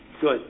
Good